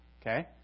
Okay